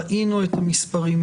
ראינו את המספרים,